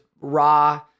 raw